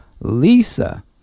Lisa